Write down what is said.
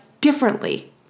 differently